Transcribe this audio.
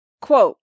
Quote